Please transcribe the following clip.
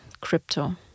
crypto